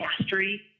mastery